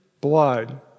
blood